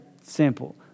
simple